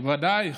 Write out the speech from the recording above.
בוודאי.